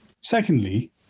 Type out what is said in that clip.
Secondly